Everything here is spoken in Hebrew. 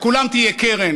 לכולם תהיה קרן